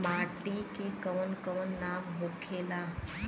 माटी के कौन कौन नाम होखे ला?